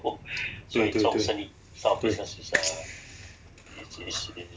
对对对对 yes yes